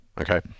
okay